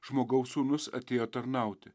žmogaus sūnus atėjo tarnauti